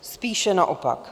Spíše naopak.